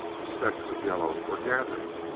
the specks of yellow were gathering,